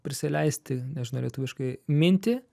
prisileisti nežinau lietuviškai mintį